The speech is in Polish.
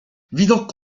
widok